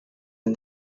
and